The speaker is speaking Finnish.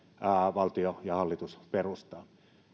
valtio ja hallitus perustavat